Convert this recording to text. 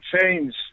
change